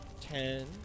Ten